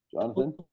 Jonathan